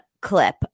clip